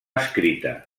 escrita